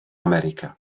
america